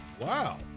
wow